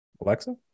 Alexa